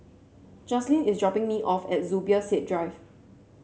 Joslyn is dropping me off at Zubir Said Drive